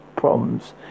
problems